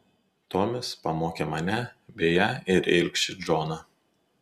tomis pamokė mane beje ir ilgšį džoną